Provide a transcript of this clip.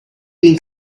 been